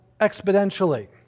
exponentially